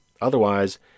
Otherwise